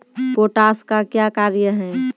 Potash का क्या कार्य हैं?